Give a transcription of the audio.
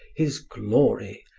his glory,